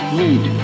need